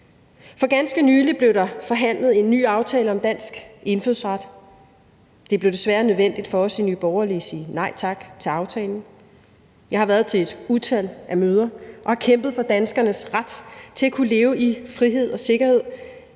For ganske nylig blev der forhandlet en ny aftale om dansk indfødsret. Det blev desværre nødvendigt for os i Nye Borgerlige at sige nej tak til aftalen. Jeg har været til et utal af møder og har kæmpet for danskernes ret til at kunne leve i frihed og sikkerhed.